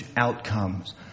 outcomes